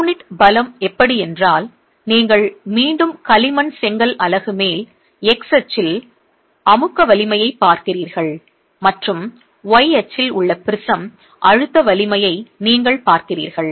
unit பலம் எப்படி என்றால் நீங்கள் மீண்டும் களிமண் செங்கல் அலகு மேல் x அச்சில் அமுக்க வலிமையைப் பார்க்கிறீர்கள் மற்றும் y அச்சில் உள்ள ப்ரிஸம் அழுத்த வலிமையை நீங்கள் பார்க்கிறீர்கள்